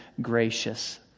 gracious